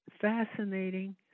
Fascinating